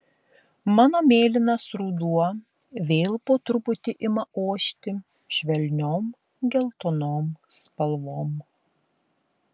mano mėlynas ruduo vėl po truputį ima ošti švelniom geltonom spalvom